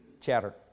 chatter